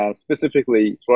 specifically